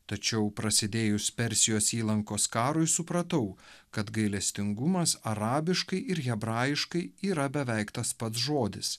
tačiau prasidėjus persijos įlankos karui supratau kad gailestingumas arabiškai ir hebrajiškai yra beveik tas pats žodis